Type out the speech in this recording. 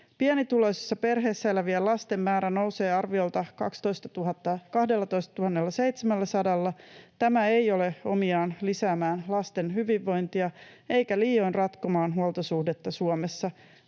Pienituloisissa perheissä elävien lasten määrä nousee arviolta 12 700:lla. Tämä ei ole omiaan lisäämään lasten hyvinvointia eikä liioin ratkomaan huoltosuhdetta Suomessa,